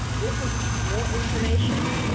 this is more information